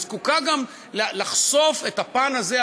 היא זקוקה גם לחשוף את הפן הזה,